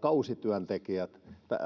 kausityöntekijät